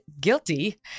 guilty